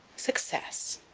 success.